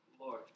Lord